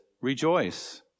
Rejoice